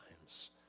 times